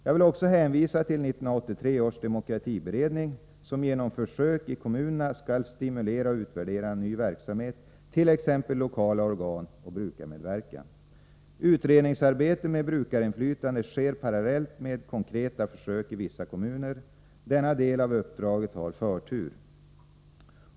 Jag vill också hänvisa till 1983 års demokratiberedning, som genom försök i kommunerna skall stimulera och utvärdera ny verksamhet, t.ex. lokala organ och brukarmedverkan. Utredningsarbetet med brukarinflytande sker parallellt med konkreta försök i vissa kommuner. Denna del av uppdraget har förtur.